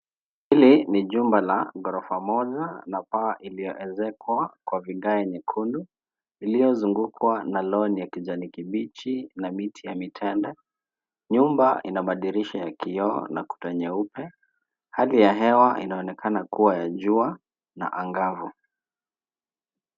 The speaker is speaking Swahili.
Hili ni chumba la ghorofa moja na paa iliyoezekwa kwa vigae nyekundu iliyo zungukwa na lawn ya kijani kibichi na miti ya mitanda. Nyumba ina madirisha ya vioo, kuta nyeupe. Hali ya hewa inaonekana kuwa ya jua na angavu.